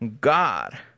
God